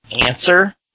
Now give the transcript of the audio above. answer